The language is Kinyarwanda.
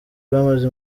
rwamaze